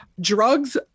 drugs